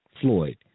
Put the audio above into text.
Floyd